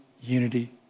unity